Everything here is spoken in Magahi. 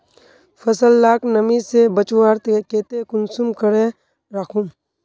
फसल लाक नमी से बचवार केते कुंसम करे राखुम?